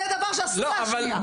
זה דבר שאסור להשמיע.